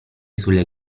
sulle